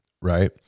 right